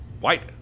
white